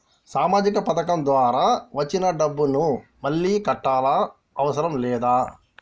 సామాజిక పథకం ద్వారా వచ్చిన డబ్బును మళ్ళా కట్టాలా అవసరం లేదా?